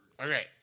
Okay